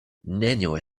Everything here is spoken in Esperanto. nenio